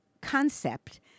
concept